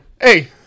Hey